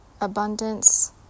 Abundance